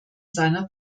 seiner